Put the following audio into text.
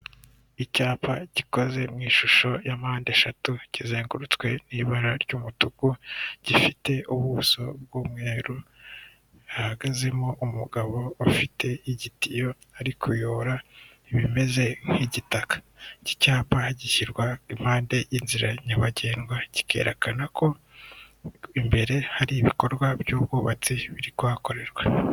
Icyapa gikoze m'ishusho ya mpande eshatu kizengurutswe n'ibara ry'umutuku gifite ubuso bw'umweru hahagazemo umugabo ufite igitiyo arikuyora ibimeze nk'igitaka ki cyapa gishyirwa impande y'inzira nyabagendwa kikerekana ko imbere hari ibikorwa by'ubwubatsi biri kuhakorerwa.